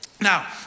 Now